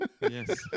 Yes